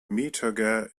metager